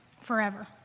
forever